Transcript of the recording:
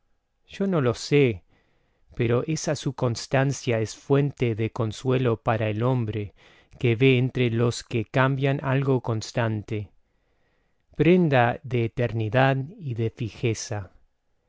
yo no lo sé pero esa su constancia es fuente de consuelo para el hombre que ve entre los que cambian algo constante prenda de eternidad y de fijeza